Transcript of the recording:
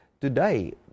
today